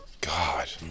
God